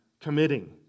committing